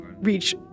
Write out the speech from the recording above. reach